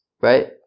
right